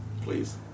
Please